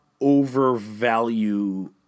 overvalue